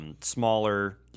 Smaller